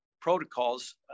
protocols